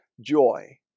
joy